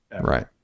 right